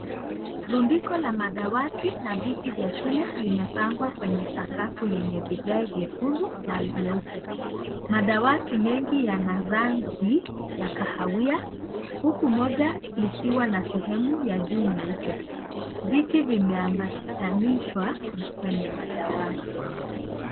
Rundiko la madawati na viti vya shule limepangwa kwenye sakafu lenye vigae vyekundu na nyeupe. Madawati mengi yana rangi ya kahawia huku Moja likiwa na sehemu ya juu nyeupe. Viti vimeambatanishwa kwenye madawati.